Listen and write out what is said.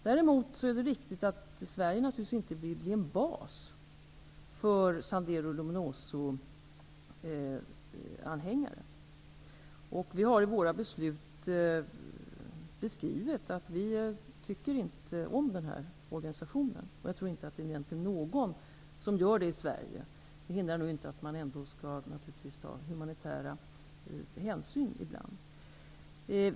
Däremot är det riktigt att Sverige naturligtvis inte vill bli en bas för anhängare till Sendero Luminoso. I våra beslut har vi beskrivit att vi inte tycker om den här organisationen. Jag tror inte att det finns någon som egentligen gör det i Sverige. Men det hindrar inte att man ibland naturligtvis skall ta humanitära hänsyn.